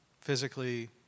physically